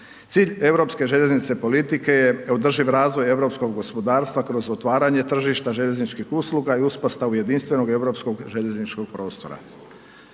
Cilj europske željeznice politike je održiv razvoj europskog gospodarstva kroz otvaranje tržišta željezničkih usluga i uspostavu jedinstvenog europskog željezničkog prostora.